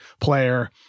player